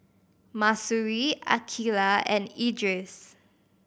Mahsuri Aqeelah and Idris